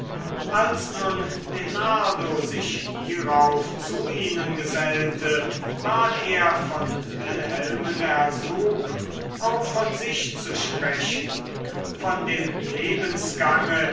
als nun lenardo sich hierauf zu ihnen gesellte ward er von wilhelmen ersucht auch von sich zu sprechen von dem